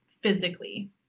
physically